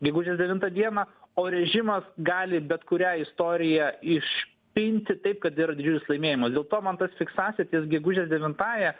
gegužės devintą dieną o režimas gali bet kurią istoriją iš pinti taip kad yra didžiulis laimėjimas dėl to man ta fiksacija ties gegužės devintąją